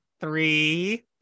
three